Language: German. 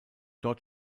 dort